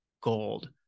Gold